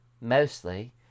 mostly